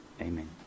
Amen